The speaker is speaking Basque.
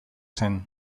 zen